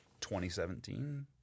2017